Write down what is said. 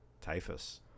Typhus